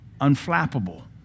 unflappable